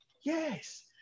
Yes